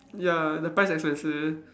ya the price expensive